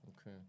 Okay